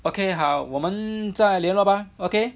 okay 好我们再联络吧 okay